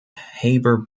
haber